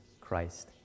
Christ